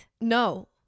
No